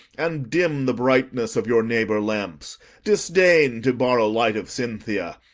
and dim the brightness of your neighbour lamps disdain to borrow light of cynthia!